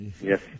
Yes